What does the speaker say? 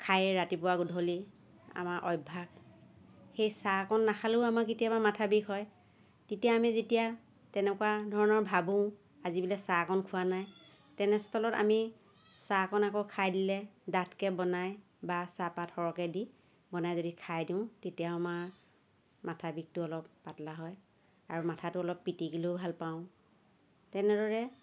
খাইয়েই ৰাতিপুৱা গধূলি আমাৰ অভ্যাস সেই চাহকণ নাখালেও আমাৰ কেতিয়াবা মাথা বিষ হয় তেতিয়া আমি যেতিয়া তেনেকুৱা ধৰণৰ ভাবোঁ আজি বোলে চাহ অকণ খোৱা নাই তেনেস্থলত আমি চাহকণ আকৌ খায় দিলে ডাঠকৈ বনাই বা চাহপাত সৰহকৈ দি বনাই যদি খায় দিওঁ তেতিয়াও আমাৰ মাথা বিষটো অলপ পাতলা হয় আৰু মাথাটো অলপ পিটিকিলেও ভাল পাওঁ তেনেদৰে